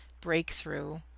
breakthrough